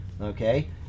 okay